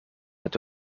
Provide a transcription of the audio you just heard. met